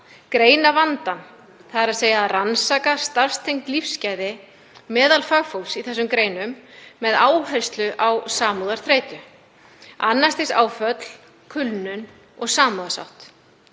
greina vandann, þ.e. rannsaka starfstengd lífsgæði meðal fagfólks í þessum greinum með áherslu á samúðarþreytu, annars stigs áföll, kulnun og samúðarsátt,